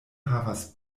havas